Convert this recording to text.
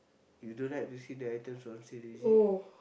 you don't like to see the items on sale is it